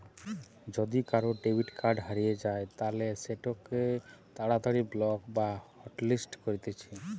যদি কারুর debit card হারিয়ে যায় তালে সেটোকে তাড়াতাড়ি ব্লক বা হটলিস্ট করতিছে